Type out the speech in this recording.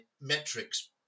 metrics